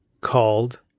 called